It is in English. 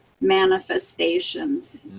manifestations